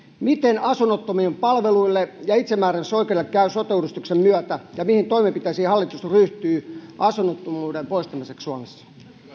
miten asunnottomien palveluille ja itsemääräämisoikeudelle käy sote uudistuksen myötä ja mihin toimenpiteisiin hallitus ryhtyy asunnottomuuden poistamiseksi suomessa